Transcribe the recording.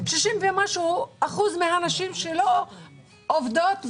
שם שישים ומשהו אחוזים מהנשים לא עובדות בשכר.